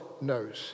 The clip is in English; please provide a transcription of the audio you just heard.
knows